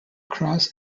cross